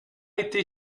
été